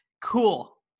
cool